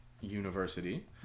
University